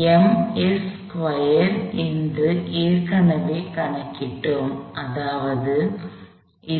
நாம் என்று ஏற்கனவே கணக்கிட்டோம் அதாவது அது